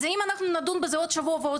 אז אם אנחנו נדון בזה עוד שבוע ועוד